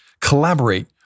collaborate